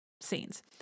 scenes